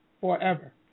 forever